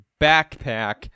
backpack